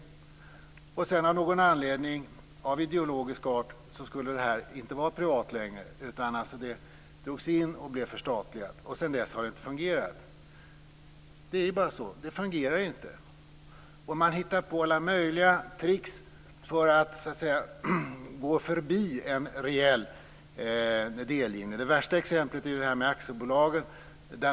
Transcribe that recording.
Men sedan skulle det här av någon anledning, av ideologisk art, inte längre vara privat. I stället drogs detta in och blev förstatligat. Sedan dess har det inte fungerat; så är det. Man hittar på alla möjliga tricks för att så att säga gå förbi en reell delgivning. Det värsta exemplet handlar om aktiebolagen.